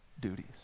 duties